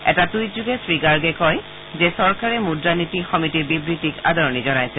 এটা টুইট যোগে শ্ৰীগাৰ্গে কয় যে চৰকাৰে মুদ্ৰা নীতি সমিতিৰ বিবৃতিক আদৰণি জনাইছে